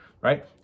right